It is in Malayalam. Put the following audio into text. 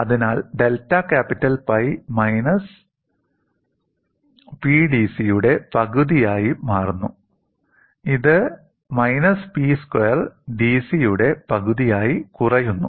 അതിനാൽ ഡെൽറ്റ ക്യാപിറ്റൽ പൈ 'മൈനസ് PdC'യുടെ പകുതിയായി മാറുന്നു ഇത് 'മൈനസ് P സ്ക്വയർ dC'യുടെ പകുതിയായി കുറയുന്നു